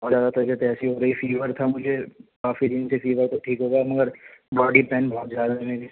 اور زیادہ طبیعت ایسی ہو رہی فیور تھا مجھے کافی دن سے فیور تو ٹھیک ہو گیا مگر باڈی پین بہت زیادہ ہو رہی